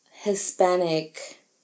Hispanic